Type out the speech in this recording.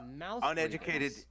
uneducated